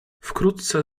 wkrótce